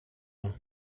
ans